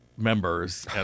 Members